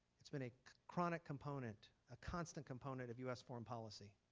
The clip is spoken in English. it's been a chronic component, a constant component of us foreign policy.